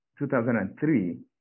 2003